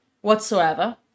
whatsoever